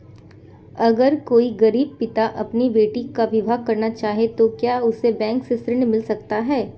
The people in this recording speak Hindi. अगर कोई गरीब पिता अपनी बेटी का विवाह करना चाहे तो क्या उसे बैंक से ऋण मिल सकता है?